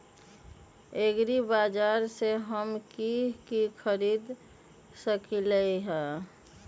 एग्रीबाजार से हम की की खरीद सकलियै ह?